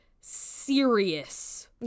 serious